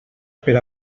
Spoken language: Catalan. per